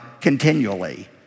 continually